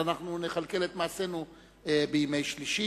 הם צריכים להיות בבניין הכנסת מספר מוגדר של ימים,